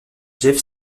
jeff